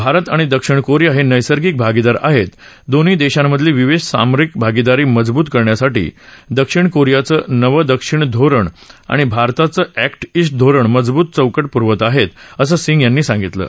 भारत आणि दक्षिण कोरिया हे नैसर्गिक भागीदार आहेत दोन्ही देशांमधली विशेष सामरिक भागीदारी मजबूत करण्यासाठी दक्षिण कोरियाचं नवं दक्षिण धोरण आणि भारताचं अॅक्ट ईस्ट धोरणं मजबूत चौकट पुरवत आहेत असं सिंग यांनी म्हटलं आहे